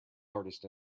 artist